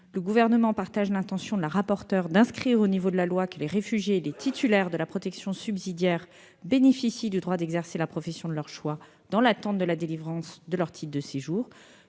Le Gouvernement partage l'intention de la rapporteure d'inscrire au niveau de la loi que les réfugiés et les titulaires de la protection subsidiaire bénéficient du droit d'exercer la profession de leur choix dans l'attente de la délivrance de leur titre de séjour.